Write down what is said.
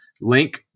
Link